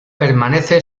permanece